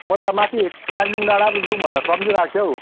म त माथि ट्यान्डुङ डाँडा पो जाउँ भनेर सम्झिरहेको थिएँ हौ